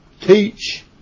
teach